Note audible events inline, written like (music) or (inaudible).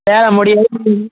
வேலை முடியும் போது (unintelligible)